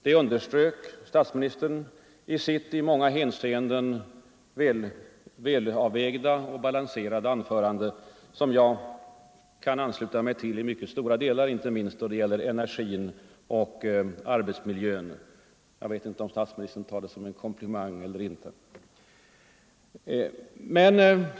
Det underströk statsministern i sitt i många hänseenden välavvägda och balanserade anförande, som jag kan ansluta mig till i mycket stora delar, inte minst då det gäller energin och arbetsmiljön. Jag vet inte om statsministern tar min komplimang som något positivt eller inte.